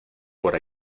por